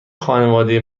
خانواده